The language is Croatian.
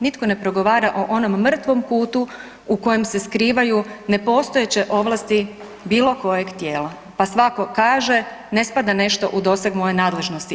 Nitko ne progovara o onom mrtvom kutu u kojem se skrivaju nepostojeće ovlasti bilo kojeg tijela, pa svako kaže ne spada nešto u doseg moje nadležnosti.